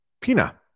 Pina